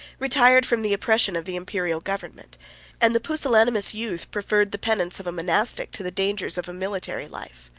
retired from the oppression of the imperial government and the pusillanimous youth preferred the penance of a monastic, to the dangers of a military, life.